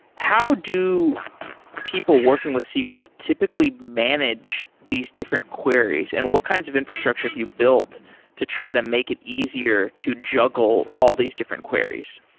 how do people working with sql typically manage these different queries and what kinds of infrastructure have you built to try to make it easier to juggle all these different queries?